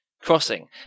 crossing